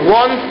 one